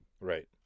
Right